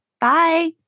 Bye